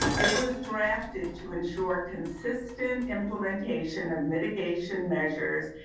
it was drafted to ensure consistent implementation of mitigation measures,